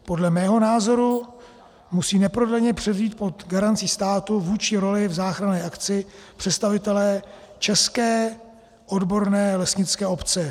Podle mého názoru musí neprodleně převzít pod garancí státu vůdčí roli v záchranné akci představitelé české odborné lesnické obce.